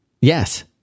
Yes